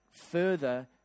further